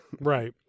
Right